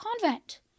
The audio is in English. convent